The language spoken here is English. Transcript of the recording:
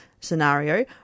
scenario